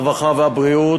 הרווחה והבריאות,